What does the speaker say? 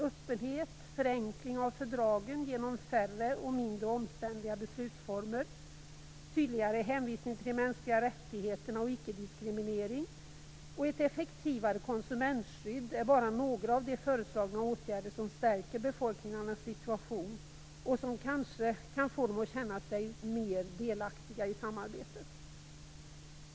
Öppenhet, förenkling av fördragen genom färre och mindre omständliga beslutsformer, tydligare hänvisning till de mänskliga rättigheterna och ickediskriminering och ett effektivare konsumentskydd är bara några av de föreslagna åtgärder som stärker befolkningarnas situation, och som kanske kan få dem att känna sig mer delaktiga i samarbetet.